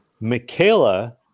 Michaela